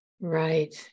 Right